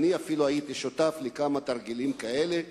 אני אפילו הייתי שותף לכמה תרגילים כאלה,